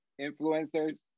influencers